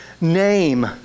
name